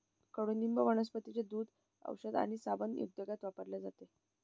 कडुनिंब वनस्पतींचे दूध, औषध आणि साबण उद्योगात वापरले जाते